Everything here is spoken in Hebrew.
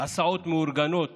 הסעות מאורגנות